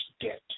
debt